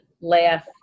laugh